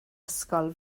ysgol